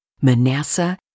Manasseh